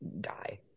die